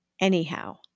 anyhow